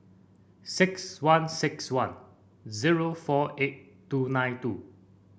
six one six one zero four eight two nine two